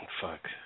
Fuck